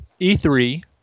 E3